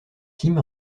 tim